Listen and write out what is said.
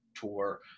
tour